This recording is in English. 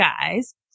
guys